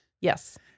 Yes